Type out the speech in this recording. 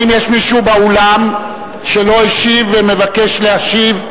האם יש מישהו באולם שלא השיב ומבקש להשיב?